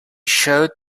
showed